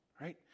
right